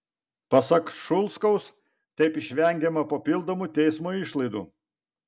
pasak šulskaus taip išvengiama papildomų teismo išlaidų